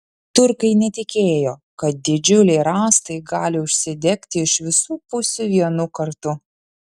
turkai netikėjo kad didžiuliai rąstai gali užsidegti iš visų pusių vienu kartu